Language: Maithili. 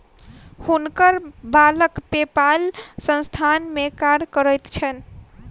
हुनकर बालक पेपाल संस्थान में कार्य करैत छैन